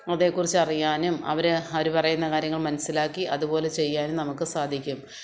അതേക്കുറിച്ച് അറിയാനും അവര് അവര് പറയുന്ന കാര്യങ്ങൾ മനസ്സിലാക്കി അതുപോലെ ചെയ്യാനും നമുക്ക് സാധിക്കും